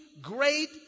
great